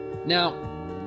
Now